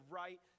right